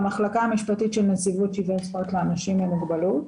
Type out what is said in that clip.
ממונה משפטית בנציבות שיוויון לאנשים עם מוגבלויות.